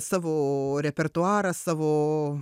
savo repertuarą savo